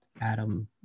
Adam